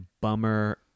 bummer